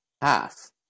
half